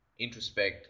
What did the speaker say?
introspect